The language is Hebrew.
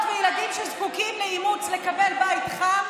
וילדים שזקוקים לאימוץ לקבל בית חם.